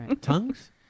Tongues